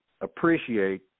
appreciate